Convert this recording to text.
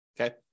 Okay